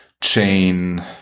chain